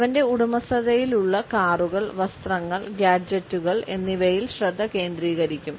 അവന്റെ ഉടമസ്ഥതയിലുള്ള കാറുകൾ വസ്ത്രങ്ങൾ ഗാഡ്ജെറ്റുകൾ എന്നിവയിൽ ശ്രദ്ധ കേന്ദ്രീകരിക്കും